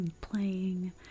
playing